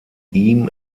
ihm